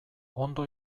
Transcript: ondo